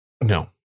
no